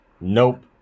Nope